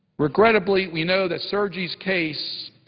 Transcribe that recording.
regrettably, we know that sergei's case,